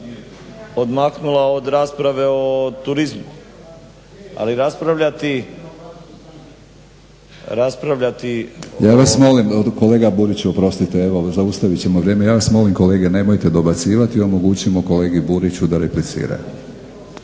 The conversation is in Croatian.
odmaknula od rasprave o turizmu, ali raspravljati …/Upadica Batinić: Ja vas molim kolega Buriću, oprostite evo zaustavit ćemo vrijeme. Ja vas molim kolege nemojte dobacivati, omogućimo kolegi Buriću da replicira./…